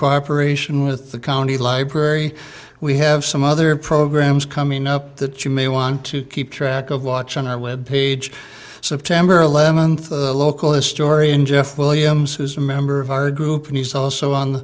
cooperation with the county library we have some other programs coming up that you may want to keep track of watch on our web page september eleventh a local historian jeff williams who is a member of our group and he's also on